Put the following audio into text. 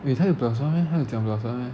wait 她有 plus one meh 她有讲 plus one meh